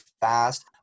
fast